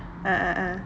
ah ah ah